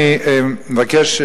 אני מבקש,